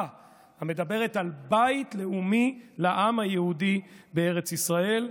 המדברת על בית לאומי לעם היהודי בארץ ישראל.